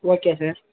okay sir